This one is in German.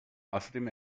außerdem